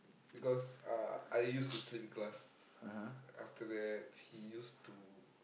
because I I used to sleep in class after that he used to